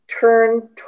turn